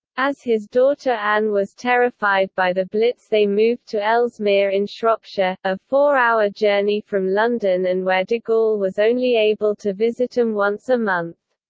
as his daughter anne was terrified by the blitz they moved to ellesmere in shropshire, a four-hour journey from london and where de gaulle was only able to visit them once a month.